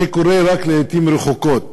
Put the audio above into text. זה קורה רק לעתים רחוקות.